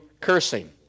cursing